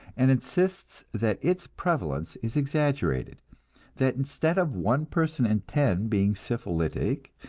and insists that its prevalence is exaggerated that instead of one person in ten being syphilitic,